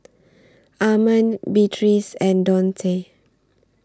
Armond Beatriz and Donte